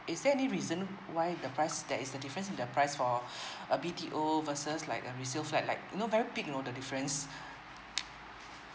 is there any reason why the price that is the difference in the price for a B_T_O versus like um resale flat like you know very big you know the difference